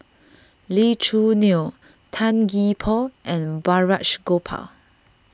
Lee Choo Neo Tan Gee Paw and Balraj Gopal